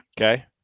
Okay